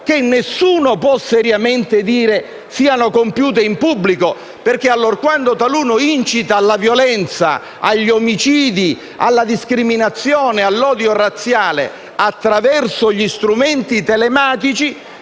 che nessuno può seriamente dire siano compiute in pubblico. Infatti, allorquando taluno incita alla violenza, agli omicidi, alla discriminazione e all'odio razziale attraverso gli strumenti telematici,